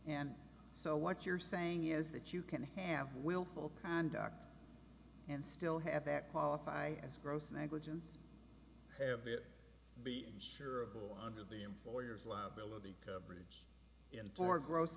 and so what you're saying is that you can have willful conduct and still have that qualify as gross negligence have it be insurable under the employer's liability coverage in toward gross